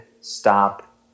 stop